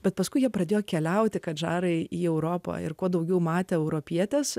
bet paskui jie pradėjo keliauti kad žarai į europą ir kuo daugiau matę europietes